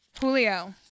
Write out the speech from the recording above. Julio